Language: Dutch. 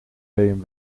een